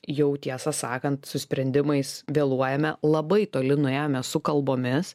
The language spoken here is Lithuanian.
jau tiesą sakant su sprendimais vėluojame labai toli nuėjome su kalbomis